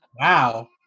Wow